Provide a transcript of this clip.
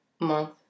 month